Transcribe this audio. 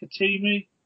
Katimi